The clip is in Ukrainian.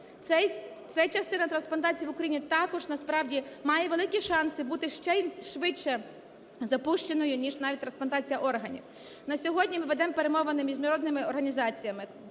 Ця частина трансплантації в Україні також, насправді, має великі шанси бути ще швидше запущеною, ніж навіть трансплантація органів. На сьогодні ми ведемо перемовини з міжнародними організаціями,